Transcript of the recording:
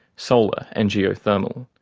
solar, and geothermal.